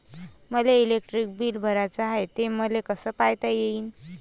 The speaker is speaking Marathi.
मले इलेक्ट्रिक बिल भराचं हाय, ते मले कस पायता येईन?